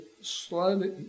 slowly